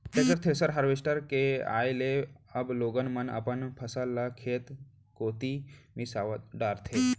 tractor, thresher, harvester के आए ले अब लोगन मन अपन फसल ल खेते कोइत मिंसवा डारथें